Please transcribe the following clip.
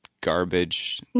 garbage